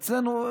אצלנו,